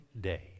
day